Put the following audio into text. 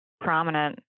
prominent